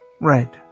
Right